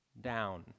down